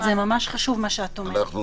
זה ממש חשוב מה שאת אומרת.